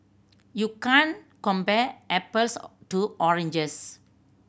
you can compare apples to oranges